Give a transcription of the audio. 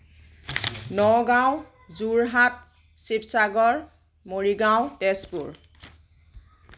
Nagaon Jorhat Sivasagar Morigaon Tezpur